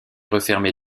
refermée